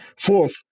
Fourth